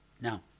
Now